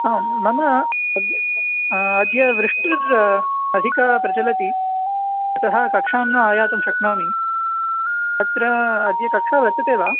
आं मम अद्य वृष्टिर् अधिका प्रचलति अतः कक्षां न आयातुं शक्नोमि अत्र अद्य कक्षा वर्तते वा